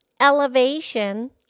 elevation